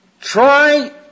try